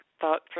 thought